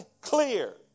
clear